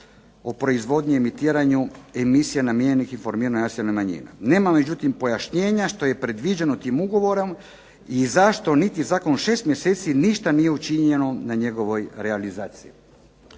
o proizvodnji i emitiranju emisija namijenjenih informiranju nacionalnih manjina. Nema međutim pojašnjenja što je predviđeno tim ugovorom i zašto niti zakon u šest mjeseci ništa nije učinjeno na njegovoj realizaciji.